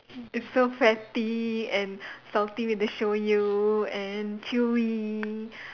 it's so fatty and salty with the shoyu and chewy